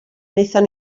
wnaethon